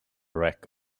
rack